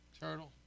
Turtle